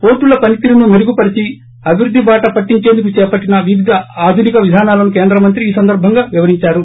పోర్లుల పనితీరును మెరుగుపరిచి అభివృద్ధి బాట పట్లించేందుకు చేపట్లిన వివిధ ఆధునిక విధానాలను కేంద్ర మంత్రి ఈ సందర్బంగా వివరించారు